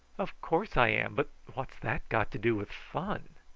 of course i am but what's that got to do with fun?